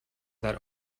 that